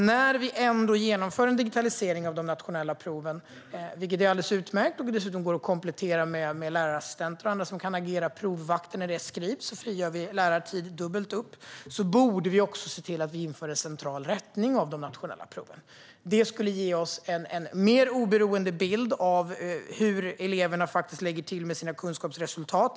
När vi ändå genomför en digitalisering av de nationella proven, vilket är alldeles utmärkt och dessutom går att komplettera med att lärarassistenter och andra agerar provvakter när det skrivs så att vi frigör lärartid dubbelt upp, borde vi också införa central rättning av de nationella proven. Det skulle ge oss en mer oberoende bild av elevernas kunskapsresultat.